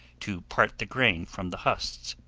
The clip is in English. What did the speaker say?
to part the grain from the husks.